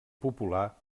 popular